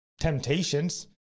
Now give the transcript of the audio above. temptations